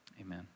Amen